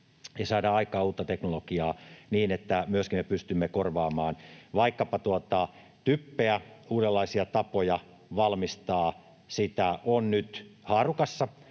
ja saadaan aikaan uutta teknologiaa, niin että myöskin pystymme korvaamaan vaikkapa typpeä. Uudenlaisia tapoja valmistaa sitä on nyt haarukassa,